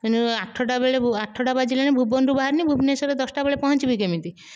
ମାନେ ଆଠଟା ବେଳେ ଆଠଟା ବାଜିଲାଣି ଭୁବନରୁ ବାହାରିନି ଭୁବନେଶ୍ୱର ଦଶଟା ବେଳେ ପହଞ୍ଚିବି କେମିତି